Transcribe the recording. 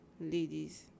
ladies